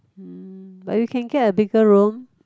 hmm but you can get a bigger room